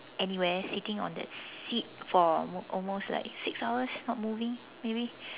anywhere sitting on that seat for almost like six hours not moving maybe